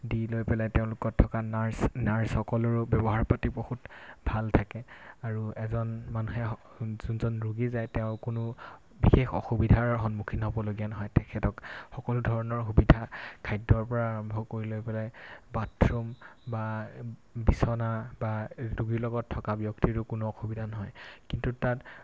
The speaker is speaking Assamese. দি লৈ পেলাই তেওঁ লগত থকা নাৰ্ছ নাৰ্ছসকলৰো ব্যৱহাৰ প্ৰতি বহুত ভাল থাকে আৰু এজন মানুহে যোনজন ৰোগী যায় তেওঁ কোনো বিশেষ অসুবিধাৰ সন্মুখীন হ'বলগীয়া নহয় তেখেতক সকলো ধৰণৰ সুবিধা খাদ্যৰ পৰা আৰম্ভ কৰি লৈ পেলাই বাথৰুম বা বিছনা বা ৰোগীৰ লগত থকা ব্যক্তিৰো কোনো অসুবিধা নহয় কিন্তু তাত